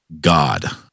God